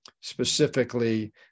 specifically